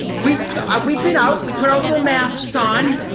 we've we've been out, we put our little masks on,